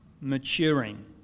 maturing